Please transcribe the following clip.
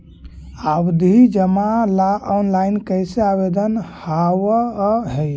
आवधि जमा ला ऑनलाइन कैसे आवेदन हावअ हई